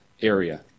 area